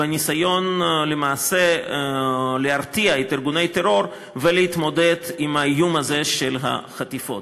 בניסיון להרתיע את ארגוני הטרור ולהתמודד עם האיום הזה של החטיפות.